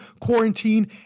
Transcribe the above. quarantine